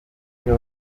niyo